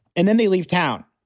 and then they leave town.